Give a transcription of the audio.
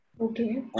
Okay